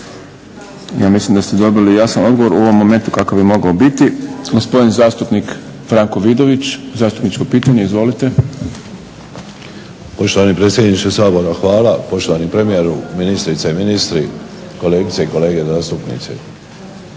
Ja mislim da ste dobili jasan odgovor u ovom momentu kakav je mogao biti. Gospodin zastupnik Franko Vidović, zastupničko pitanje. Izvolite. **Vidović, Franko (SDP)** Poštovani predsjedniče Sabora hvala, poštovani premijeru, ministrice i ministri, kolegice i kolege zastupnici.